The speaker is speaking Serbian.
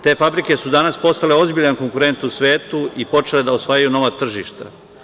Te fabrike su danas postale ozbiljan konkurent u svetu i počele da osvajaju nova tržišta.